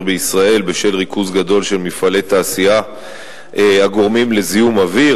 בישראל בשל ריכוז גדול של מפעלי תעשייה הגורמים לזיהום אוויר,